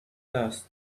dust